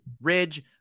ridge